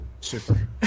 Super